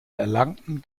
erlangten